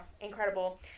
incredible